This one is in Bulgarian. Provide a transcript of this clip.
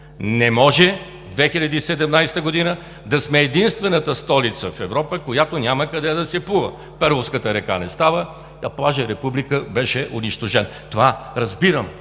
Не може в 2017 г. да сме единствената столица в Европа, в която няма къде да се плува! Перловската река не става! Плажът „Република“ беше унищожен. Това, разбирам,